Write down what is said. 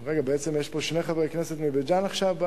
בעצם יש פה עכשיו שני חברי כנסת מבית-ג'ן במליאה?